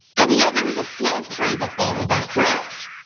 i believe there was a slave trade that followed that, correct?